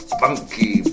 funky